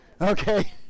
Okay